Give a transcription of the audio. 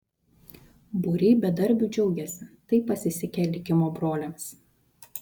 būriai bedarbių džiaugiasi tai pasisekė likimo broliams